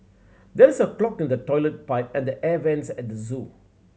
there is a clog in the toilet pipe and the air vents at the zoo